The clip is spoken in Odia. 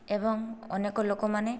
ଏବଂ ଅନେକ ଲୋକମାନେ